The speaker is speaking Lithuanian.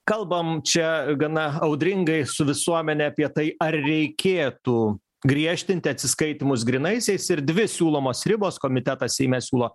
kalbam čia gana audringai su visuomene apie tai ar reikėtų griežtinti atsiskaitymus grynaisiais ir dvi siūlomos ribos komitetas seime siūlo